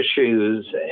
issues